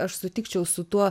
aš sutikčiau su tuo